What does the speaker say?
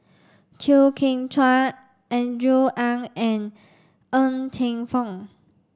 Chew Kheng Chuan Andrew Ang and Ng Teng Fong